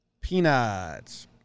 Peanuts